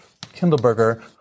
Kindleberger